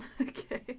Okay